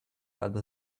other